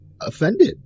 offended